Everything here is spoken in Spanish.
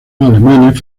alemanes